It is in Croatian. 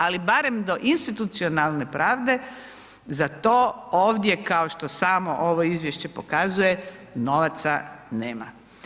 Ali barem do institucionalne pravde za to ovdje kao što samo ovo izvješće pokazuje novaca nema.